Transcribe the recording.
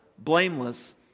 blameless